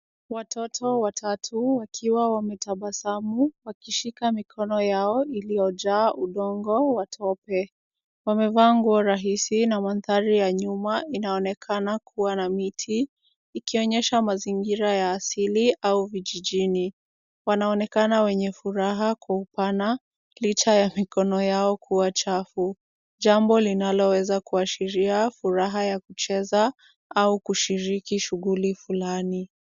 Watoto watatu wakiwa wametabasamu, wakishika mikono yao iliyojaa udongo wa tope. Wamevaa nguo rahisi na mandhari ya nyuma inaonekana kuwa na miti, ikionyesha mazingira ya asili au vijijini. Wanaonekana wenye furaha kwa upana, licha ya mikono yao kuwa chafu, jambo linaloweza kuashiria furaha ya kucheza, au kushiriki shughuli fulani.